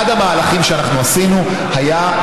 אחד המהלכים שאנחנו עשינו היה,